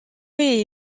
est